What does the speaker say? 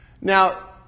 Now